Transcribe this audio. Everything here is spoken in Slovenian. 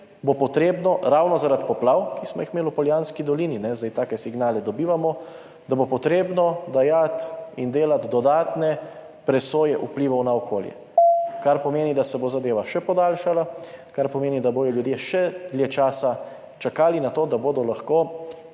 potrebno ravno zaradi poplav, ki smo jih imeli v Poljanski dolini – zdaj take signale dobivamo – dajati in delati dodatne presoje vplivov na okolje. Kar pomeni, da se bo zadeva še podaljšala, kar pomeni, da bodo ljudje še dlje časa čakali na to, da bodo lahko